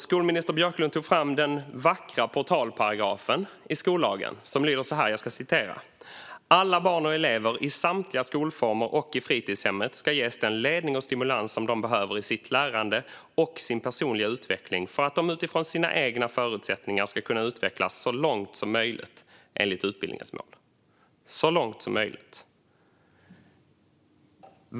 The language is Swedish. Skolminister Björklund tog fram den vackra portalparagraf i skollagen som lyder så här: "Alla barn och elever i samtliga skolformer och fritidshemmet ska ges den ledning och stimulans som de behöver i sitt lärande och sin personliga utveckling för att de utifrån sina egna förutsättningar ska kunna utvecklas så långt som möjligt enligt utbildningens mål." "Så långt som möjligt", står det.